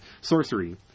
Sorcery